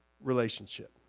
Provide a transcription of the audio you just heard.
relationship